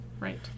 Right